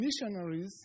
missionaries